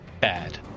bad